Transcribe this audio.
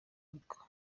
ariko